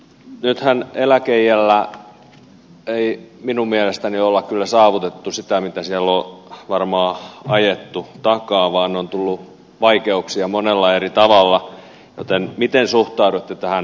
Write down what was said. nythän eläkeiällä ei minun mielestäni ole kyllä saavutettu sitä mitä siellä on varmaan ajettu takaa vaan on tullut vaikeuksia monella eri tavalla joten miten suhtaudutte tähän aloitteeseen